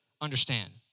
understand